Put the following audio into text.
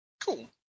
Cool